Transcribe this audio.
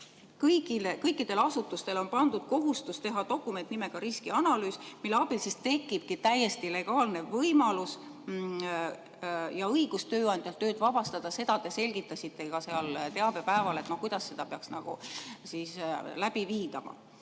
kõikidele asutustele on pandud kohustus teha dokument nimega riskianalüüs, mille abil tekibki tööandjal täiesti legaalne võimalus ja õigus [töötaja] töölt vabastada. Seda te selgitasite ka seal teabepäeval, kuidas seda peaks siis läbi viima.